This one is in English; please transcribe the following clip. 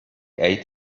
ate